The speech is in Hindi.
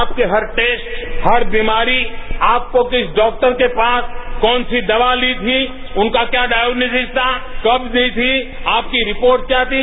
आपके हर टेस्ट हर बीमारी आपको किस डॉक्टर के पास कौन सी दवा ली थी उनका क्या डायग्नोजिज था कब दी थी आपकी रिपोर्ट क्या थी